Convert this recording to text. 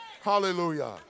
Hallelujah